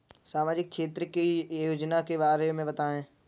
सामाजिक क्षेत्र की योजनाओं के बारे में बताएँ?